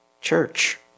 Church